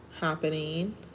happening